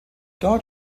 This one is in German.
dort